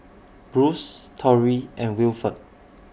Bruce Tory and Wilford